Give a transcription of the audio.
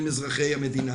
בין אם אזרחי המדינה.